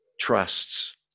trusts